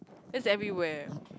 that's everywhere